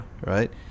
right